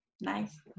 Nice